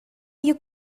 you